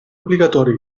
obligatori